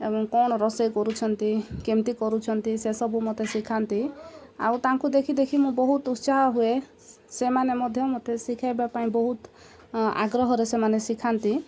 ଏବଂ କ'ଣ ରୋଷେଇ କରୁଛନ୍ତି କେମିତି କରୁଛନ୍ତି ସେସବୁ ମୋତେ ଶିଖାନ୍ତି ଆଉ ତାଙ୍କୁ ଦେଖି ଦେଖି ମୁଁ ବହୁତ ଉତ୍ସାହ ହୁଏ ସେମାନେ ମଧ୍ୟ ମୋତେ ଶିଖାଇବା ପାଇଁ ବହୁତ ଆଗ୍ରହରେ ସେମାନେ ଶିଖାନ୍ତି